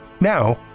Now